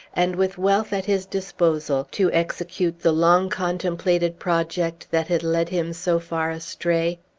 and with wealth at his disposal to execute the long-contemplated project that had led him so far astray?